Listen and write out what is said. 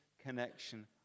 connection